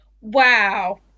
Wow